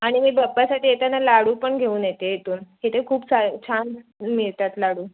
आणि मी बाप्पासाठी येताना लाडू पण घेऊन येते इथून इथे खूप साय छान मिळतात लाडू